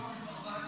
הוויכוח